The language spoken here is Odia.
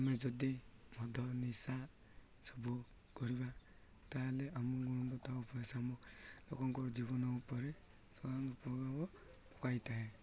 ଆମେ ଯଦି ମଦ ନିଶା ସବୁ କରିବା ତାହେଲେ ଆମ ଗୁଣବତ୍ତା ଉପସ ଆ ଲୋକଙ୍କର ଜୀବନ ଉପରେ ସାଧାରଣ ପ୍ରଭାବ ପକାଇଥାଏ